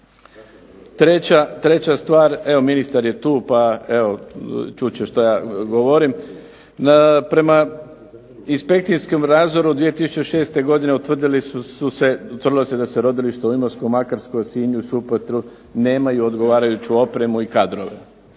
Treća stvar, evo ministar je tu pa evo čut će što ja govorim. Prema inspekcijskom nadzoru 2006. godine utvrdilo se da se rodilišta u Imotskom, Makarskoj, Sinju i Supetru nemaju odgovarajuću opremu i kadrove.